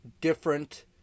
different